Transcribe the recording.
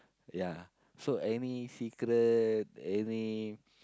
ya so any secret any